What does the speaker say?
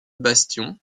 bastions